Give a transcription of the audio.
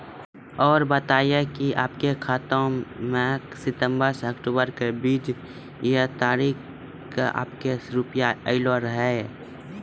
और बतायब के आपके खाते मे सितंबर से अक्टूबर के बीज ये तारीख के आपके के रुपिया येलो रहे?